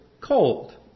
cold